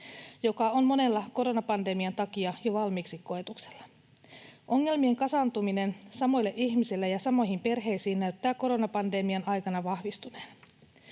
joka on monella koronapandemian takia jo valmiiksi koetuksella. Ongelmien kasaantuminen samoille ihmisille ja samoihin perheisiin näyttää koronapandemian aikana vahvistuneen.